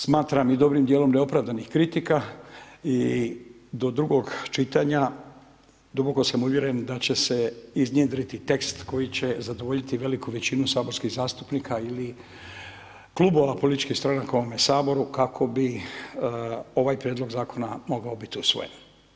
Smatram i dobrim dijelom neopravdanih kritika i do drugog čitanja duboko sam uvjeren da će se iznjedriti tekst koji će zadovoljiti veliku većinu saborskih zastupnika ili klubova političkih stranaka u ovome Saboru kako bi ovaj prijedlog zakona mogao biti usvojen.